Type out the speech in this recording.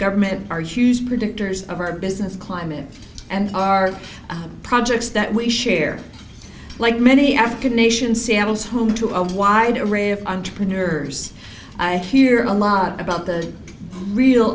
government are hughes predictors of our business climate and our projects that we share like many african nations seattle's home to a wide array of entrepreneurs i hear a lot about the real